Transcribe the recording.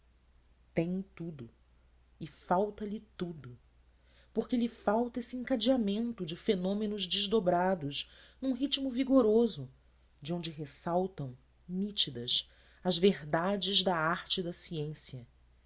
tem tudo e falta-lhe tudo porque lhe falta esse encadeamento de fenômenos desdobrados num ritmo vigoroso de onde ressaltam nítidas as verdades da arte e da ciência